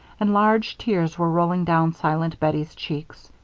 and large tears were rolling down silent bettie's cheeks.